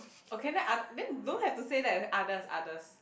okay then oth~ then don't have to say that okay others others